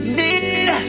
need